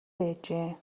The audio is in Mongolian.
байжээ